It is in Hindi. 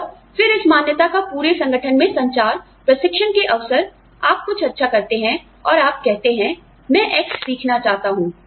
और फिर इस मान्यता का पूरे संगठन में संचार प्रशिक्षण के अवसर आप कुछ अच्छा करते हैं और आप कहते हैं मैं X सीखना चाहता हूं